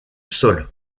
sol